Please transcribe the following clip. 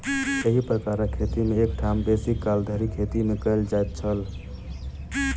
एही प्रकारक खेती मे एक ठाम बेसी काल धरि खेती नै कयल जाइत छल